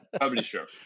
publisher